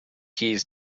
keys